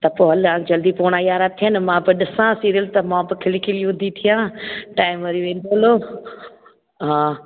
त पोइ हल हाणे जल्दी पोणा यारहं थिया आहिनि त मां त ॾिसां सीरियल त मां पोइ खिली खिली ऊंधी थिया टाइम वरी वेंदल हो हा